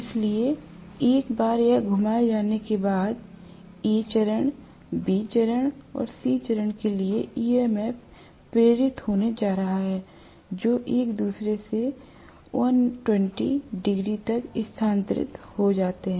इसलिए एक बार यह घुमाए जाने के बाद A चरण B चरण और C चरण के लिए EMF प्रेरित होने जा रहा है जो एक दूसरे से 120 डिग्री तक स्थानांतरित हो जाते हैं